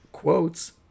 Quotes